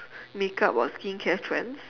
makeup or skincare trends